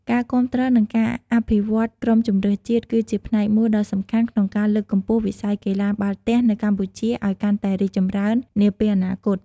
ការគាំទ្រ និងការអភិវឌ្ឍក្រុមជម្រើសជាតិគឺជាផ្នែកមួយដ៏សំខាន់ក្នុងការលើកកម្ពស់វិស័យកីឡាបាល់ទះនៅកម្ពុជាឱ្យកាន់តែរីកចម្រើននាពេលអនាគត។